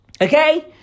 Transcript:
Okay